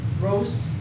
roast